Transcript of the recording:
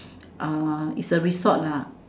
uh it's a resort lah